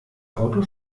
auto